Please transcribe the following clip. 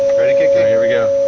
ready kicking. here yeah